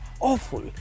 awful